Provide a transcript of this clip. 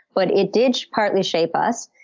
but it did partly shape us.